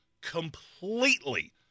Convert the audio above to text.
completely